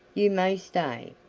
you may stay.